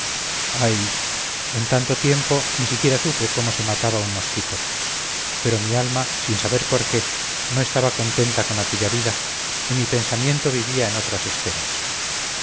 ay en tanto tiempo ni siquiera supe cómo se mataba un mosquito pero mi alma sin saber por qué no estaba contenta con aquella vida y mi pensamiento vivía en otras esferas